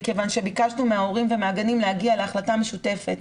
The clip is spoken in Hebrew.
מכיוון שביקשנו מההורים ומהגנים להגיע להחלטה משותפת.